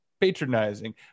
patronizing